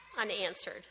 unanswered